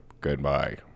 goodbye